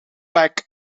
back